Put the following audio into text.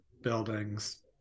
buildings